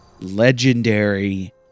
legendary